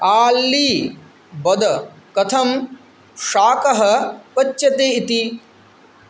आल्ली वद कथं शाकः पच्यते इति